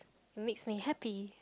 makes me happy